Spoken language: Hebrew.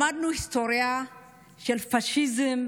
למדנו היסטוריה של הפשיזם,